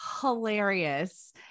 hilarious